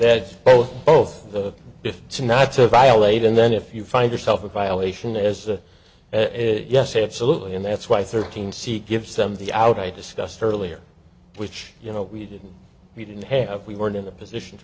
that both both if it's not to violate and then if you find yourself in violation as a yes absolutely and that's why thirteen seek gives them the out i discussed earlier which you know we didn't we didn't have we weren't in a position